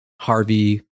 Harvey